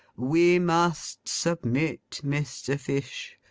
we must submit, mr. fish.